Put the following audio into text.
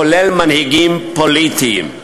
כולל מנהיגים פוליטיים.